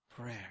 Prayer